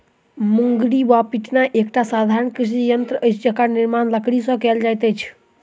मुंगरी वा पिटना एकटा साधारण कृषि यंत्र अछि जकर निर्माण लकड़ीसँ कयल जाइत अछि